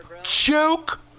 Joke